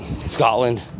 Scotland